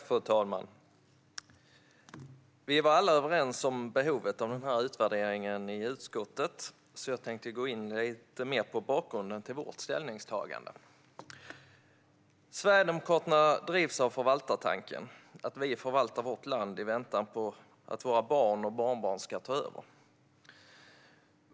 Fru talman! Vi var alla överens om behovet av den här utvärderingen i utskottet, så jag tänkte gå in lite mer på bakgrunden till vårt ställningstagande. Sverigedemokraterna drivs av förvaltartanken: att vi förvaltar vårt land i väntan på att våra barn och barnbarn ska ta över.